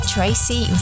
Tracy